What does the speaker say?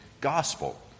gospel